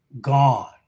gone